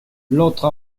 l’autre